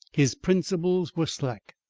his principles were slack,